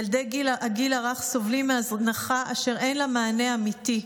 ילדי הגיל הרך סובלים מהזנחה אשר אין לה מענה אמיתי,